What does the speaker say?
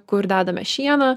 kur dedame šieną